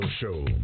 Show